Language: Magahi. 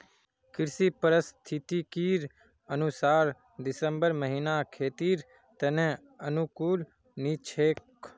कृषि पारिस्थितिकीर अनुसार दिसंबर महीना खेतीर त न अनुकूल नी छोक